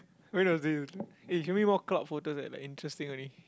when was this eh give me more club photos like interesting only